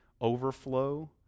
overflow